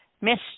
Miss